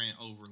over